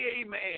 amen